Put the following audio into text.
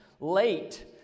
late